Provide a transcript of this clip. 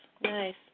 nice